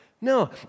No